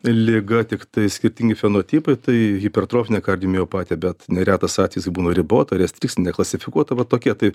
liga tiktai skirtingi fenotipai tai hipertrofinė kardiomiopatija bet neretas atvejis būna ribota restrikcinė klasifikuota va tokie taip